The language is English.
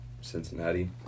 Cincinnati